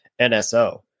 NSO